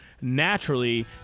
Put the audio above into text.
naturally